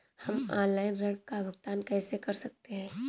हम ऑनलाइन ऋण का भुगतान कैसे कर सकते हैं?